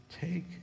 take